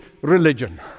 religion